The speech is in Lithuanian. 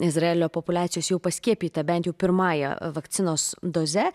izraelio populiacijos jau paskiepyta bent jau pirmąja vakcinos doze